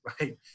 Right